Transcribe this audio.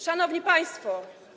Szanowni Państwo!